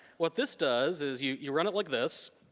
what this does is you you run it like this,